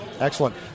Excellent